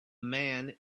man